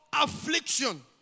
affliction